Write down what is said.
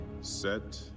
Set